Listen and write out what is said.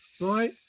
right